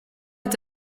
est